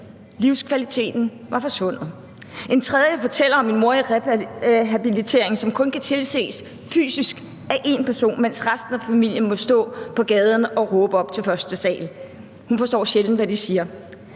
Livskvaliteten var forsvundet. En tredje fortæller om en mor i rehabilitering, som kun kan tilses fysisk af én person, mens resten af familien må stå på gaden og råbe op til første sal. Hun forstår sjældent, hvad de siger.